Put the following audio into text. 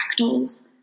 fractals